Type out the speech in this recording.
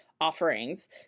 offerings